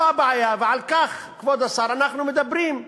זו הבעיה, ועל כך, כבוד השר, אנחנו מדברים.